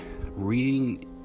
reading